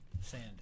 Sand